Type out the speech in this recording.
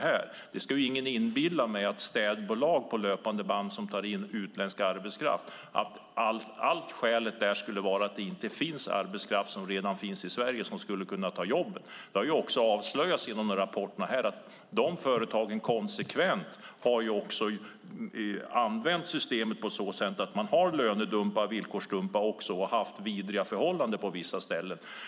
Ingen ska inbilla mig att hela skälet till att städbolag på löpande band tar in utländsk arbetskraft skulle vara att det inte finns arbetskraft i Sverige som skulle kunna ta jobben. Det har också avslöjats genom rapporter att de företagen konsekvent har använt systemet genom att de har lönedumpat och villkorsdumpat och haft vidriga förhållanden på vissa ställen.